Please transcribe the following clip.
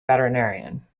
veterinarian